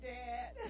dad